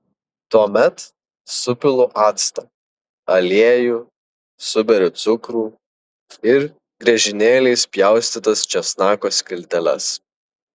tuomet supilu actą aliejų suberiu cukrų ir griežinėliais pjaustytas česnako skilteles